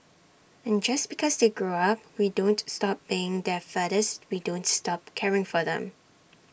and just because they grow up we don't stop being their fathers we don't stop caring for them